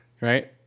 Right